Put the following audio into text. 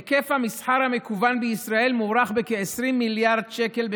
היקף המסחר המקוון בישראל מוערך ב-20 מיליארד שקל בשנה,